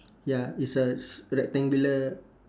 ya is a s~ rectangular